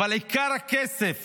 עיקר הכסף